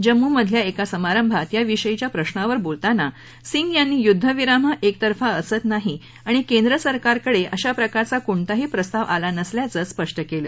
जम्मू मधल्या एका समारंभात या विषयीच्या प्रश्नावर बोलताना सिंग यांनी युद्ध विराम हा एकतर्फा असत नाही आणि केंद्रसरकारकडे अशा प्रकारचा कोणताही प्रस्ताव आला नसल्याचं स्पष्ट केलं